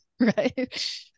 Right